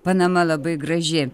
panama labai graži